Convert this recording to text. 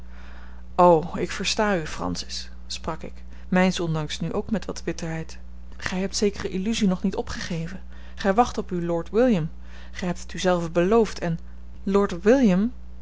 o ik versta u francis sprak ik mijns ondanks nu ook met wat bitterheid gij hebt zekere illusie nog niet opgegeven gij wacht op uw lord william gij hebt het u zelve beloofd en lord william